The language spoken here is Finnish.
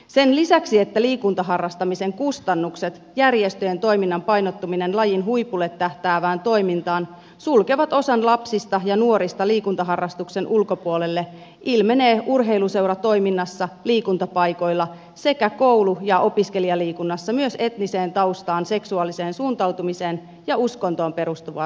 sen lisäksi että liikuntaharrastamisen kustannukset ja järjestöjen toiminnan painottuminen lajin huipulle tähtäävään toimintaan sulkevat osan lapsista ja nuorista liikuntaharrastuksen ulkopuolelle ilmenee urheiluseuratoiminnassa liikuntapaikoilla sekä koulu ja opiskelijaliikunnassa myös etniseen taustaan seksuaaliseen suuntautumiseen ja uskontoon perustuvaa syrjintää